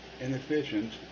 inefficient